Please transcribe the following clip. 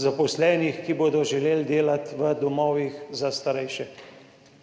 zaposlenih, ki bodo želeli delati v domovih za starejše.